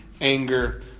anger